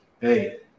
hey